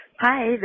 Hi